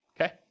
okay